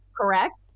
correct